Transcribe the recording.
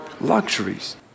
luxuries